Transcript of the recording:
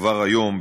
כבר היום,